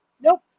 Nope